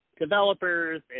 developers